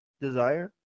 desire